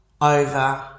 over